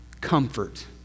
comfort